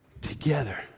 together